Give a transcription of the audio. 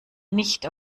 nicht